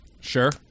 Sure